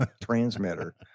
transmitter